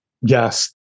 Yes